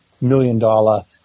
million-dollar